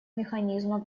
механизмов